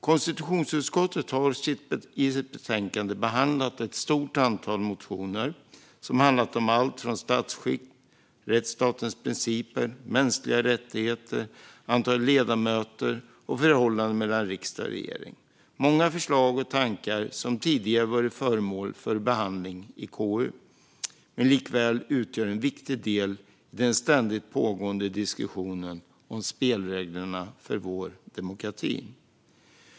Konstitutionsutskottet har i betänkandet behandlat ett stort antal motioner som handlar om allt från statsskick till rättsstatens principer, mänskliga rättigheter, antalet ledamöter och förhållandet mellan riksdag och regering. Det är många förslag och tankar som tidigare har varit föremål för behandling i KU men som likväl utgör en viktig del i den ständigt pågående diskussionen om spelreglerna för vår demokrati.